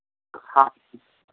हँ